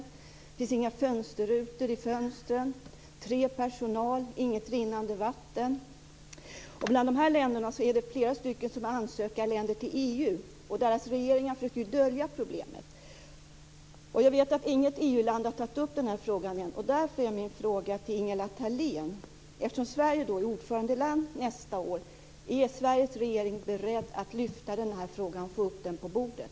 Det finns inga fönsterrutor i fönstren. Det är tre personer som personal. Det finns inget rinnande vatten. Bland dessa länder är flera ansökarländer till EU. Deras regeringar försöker att dölja problemet. Jag vet att inget EU-land har tagit upp den här frågan än. Sverige är ordförandeland nästa år: Är Sveriges regering bredd att lyfta den här frågan och få upp den på bordet?